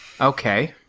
Okay